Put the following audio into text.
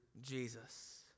Jesus